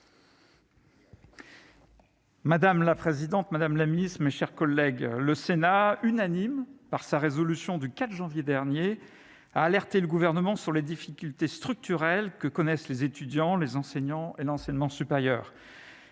Madame la présidente, Madame la Ministre, mes chers collègues, le Sénat unanime par sa résolution du 4 janvier dernier a alerté le gouvernement sur les difficultés structurelles que connaissent les étudiants, les enseignants, l'enseignement supérieur.